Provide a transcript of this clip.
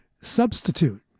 Substitute